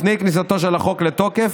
לפני כניסתו של החוק לתוקף,